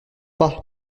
pas